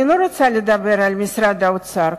אני לא רוצה לדבר על משרד האוצר,